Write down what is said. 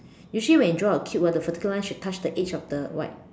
usually when you draw a cube ah the vertical line should touch the edge of the white